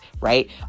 right